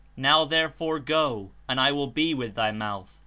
now therefore go, and i will be with thy mouth,